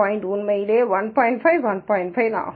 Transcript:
5 ஆகும்